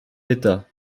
d’état